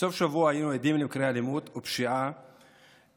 בסוף השבוע היינו עדים למקרי אלימות ופשיעה קשים: